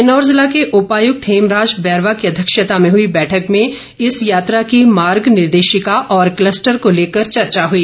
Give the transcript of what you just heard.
किन्नौर जिला में उपायुक्त हेमराज बेरवा की अध्यक्षता में हुई बैठक में इस यात्रा की मार्ग निर्देशिका और कलस्टर को लेकर चर्चा हुई